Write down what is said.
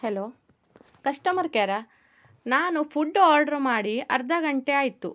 hello customer ಕೇರಾ ನಾನು food order ಮಾಡಿ ಅರ್ಧ ಗಂಟೆ ಆಯಿತು